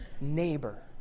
neighbor